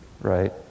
right